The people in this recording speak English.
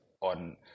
on